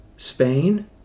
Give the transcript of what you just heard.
Spain